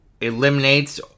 eliminates